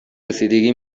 رسیدگی